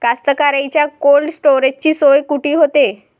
कास्तकाराइच्या कोल्ड स्टोरेजची सोय कुटी होते?